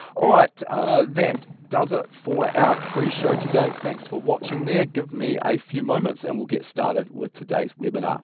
alright that does it for our pre show today, thanks for watching there. give me a few moments and we'll get started with today's webinar.